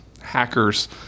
hackers